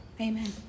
Amen